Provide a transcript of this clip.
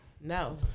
No